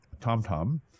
TomTom